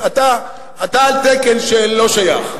אתה על תקן של לא שייך.